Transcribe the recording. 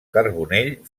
carbonell